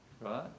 right